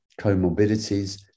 comorbidities